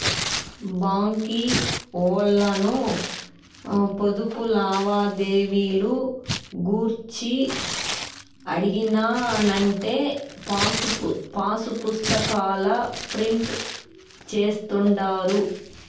బాంకీ ఓల్లను పొదుపు లావాదేవీలు గూర్చి అడిగినానంటే పాసుపుస్తాకాల ప్రింట్ జేస్తుండారు